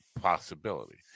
possibility